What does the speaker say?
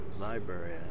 library